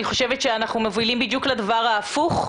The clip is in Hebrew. אני חושבת שאנחנו מובילים בדיוק לדבר ההפוך.